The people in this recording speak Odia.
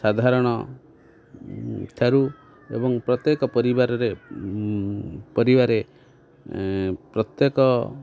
ସାଧାରଣ ଠାରୁ ଏବଂ ପ୍ରତ୍ୟେକ ପରିବାରରେ ପରିବାରେ ପ୍ରତ୍ୟେକ